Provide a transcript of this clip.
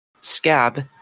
Scab